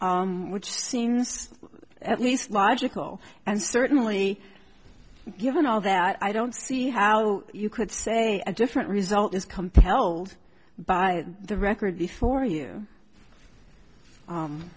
this which seems at least logical and certainly given all that i don't see how you could say a different result is compelled by the record before you